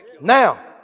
Now